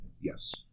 Yes